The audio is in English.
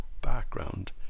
Background